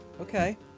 Okay